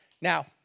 Now